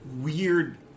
weird